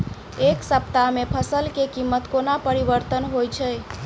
एक सप्ताह मे फसल केँ कीमत कोना परिवर्तन होइ छै?